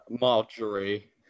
Marjorie